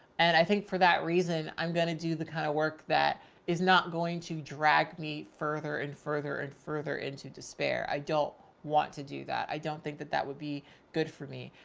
and i think for that reason, i'm going to do the kind of work that is not going to drag me further and further and further into despair. i don't want to do that. i don't think that that would be good for me.